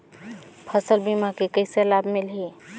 फसल बीमा के कइसे लाभ मिलही?